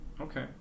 okay